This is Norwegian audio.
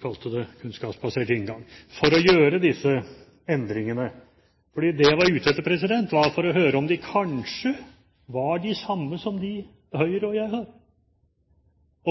kalte det kunnskapsbasert inngang – for å gjøre disse endringene. Det jeg var ute etter, var å høre om de kanskje er de samme som Høyre og jeg har.